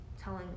telling